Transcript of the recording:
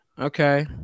okay